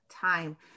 time